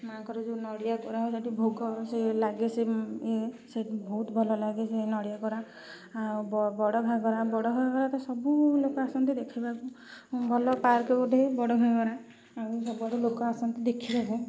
ମାଁଙ୍କର ଯେଉଁ ନଡ଼ିଆ କୋରା ସେଇଠି ଭୋଗ ସେ ୟେ ସେ ବହୁତ ଭଲ ଲାଗେ ସେ ନଡ଼ିଆ କୋରା ଆଉ ବଡ଼ ଘାଗରା ବଡ଼ ଘାଗରା ତ ସବୁ ଲୋକ ଆସନ୍ତି ଦେଖିବାକୁ ଭଲ ପାର୍କ ଗୋଟେ ବଡ଼ ଘାଗରା ଆଉ ସବୁଆଡ଼ୁ ଲୋକ ଆସନ୍ତି ଦେଖିବାକୁ